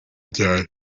cyane